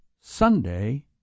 Sunday